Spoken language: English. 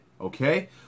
okay